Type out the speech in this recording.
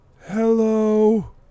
Hello